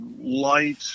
light